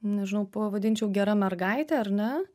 nežinau pavadinčiau gera mergaitė ar ne